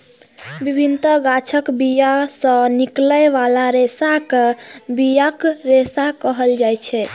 विभिन्न गाछक बिया सं निकलै बला रेशा कें बियाक रेशा कहल जाइ छै